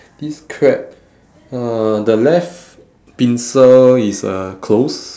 this crab uh the left pincer is uh close